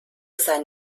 sein